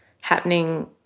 happening